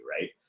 right